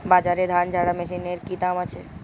বাজারে ধান ঝারা মেশিনের কি দাম আছে?